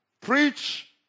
preach